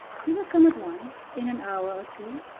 you will come at once in an hour or two?